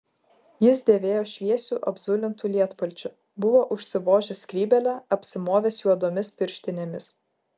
jis dėvėjo šviesiu apzulintu lietpalčiu buvo užsivožęs skrybėlę apsimovęs juodomis pirštinėmis